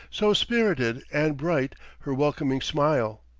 so spirited and bright her welcoming smile,